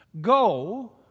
go